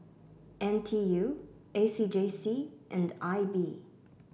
N T U A C J C and I B